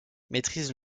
maîtrise